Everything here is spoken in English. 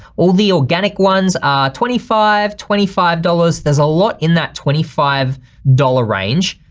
all the organic ones are twenty five, twenty five dollars, there's a lot in that twenty five dollars range.